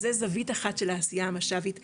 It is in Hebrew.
אז זה זווית אחת של העשייה המש"בית באגף,